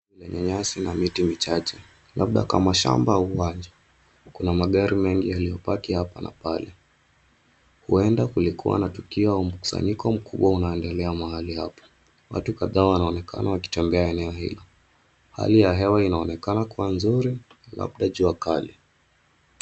Kwenye nyasi na miti michache labda kama shamba au uwanja. Kuna magari mengi yaliyopaki hapa na pale. Huenda kulikuwa na tukio au mkusanyiko unaendelea mahali hapa. Watu kadhaa wanaonekana wakitembea eneo hili. Hali ya hewa inaonekana kuwa nzuri labda jua kali.